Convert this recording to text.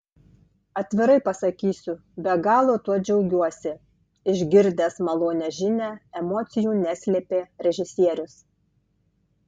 atvirai pasakysiu be galo tuo džiaugiuosi išgirdęs malonią žinią emocijų neslėpė režisierius